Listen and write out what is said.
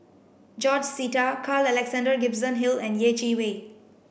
George Sita Carl Alexander Gibson Hill and Yeh Chi Wei